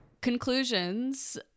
Conclusions